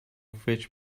fridge